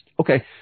Okay